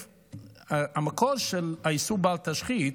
המקור של האיסור "בל תשחית"